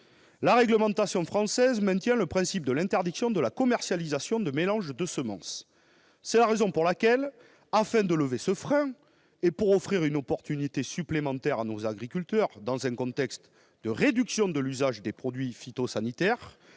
la réglementation française maintient le principe de l'interdiction de la commercialisation de mélanges de semences. C'est la raison pour laquelle, afin de lever ce frein et pour offrir une opportunité supplémentaire à nos agriculteurs, dans un contexte de réduction de l'usage des produits phytosanitaires,